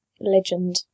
legend